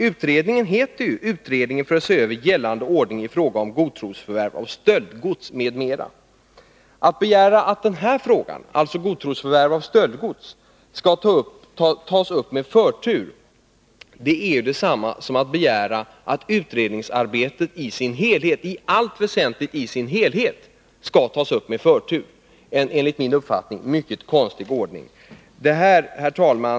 Utredningen heter ju Utredning för att se över gällande ordning i fråga om godtrosförvärv av stöldgods, m.m. Att begära att den här frågan, dvs. frågan om godtrosförvärv av stöldgods, skall tas upp med förtur är detsamma som att begära att utredningsarbetet i allt väsentligt i sin helhet skall tas upp med förtur. Detta är enligt min uppfattning en mycket konstig ordning. Herr talman!